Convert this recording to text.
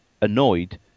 annoyed